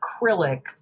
acrylic